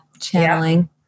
channeling